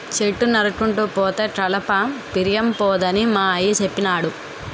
చెట్లు నరుక్కుంటూ పోతే కలప పిరియంపోద్దని మా అయ్య సెప్పినాడు